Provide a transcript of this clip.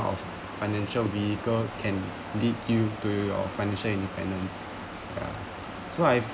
of financial vehicle and lead you to your financial independence ya so I